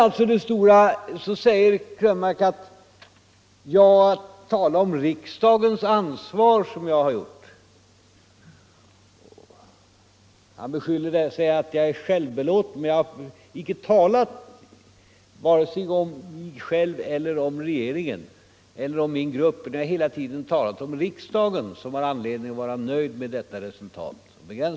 Herr Krönmark beskyller mig för att vara självbelåten. Jag har icke talat vare sig om mig själv, om regeringen eller om min grupp, utan jag begränsade mig hela tiden till att tala om riksdagen. Riksdagen har anledning att vara nöjd med detta resultat.